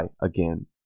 again